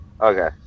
Okay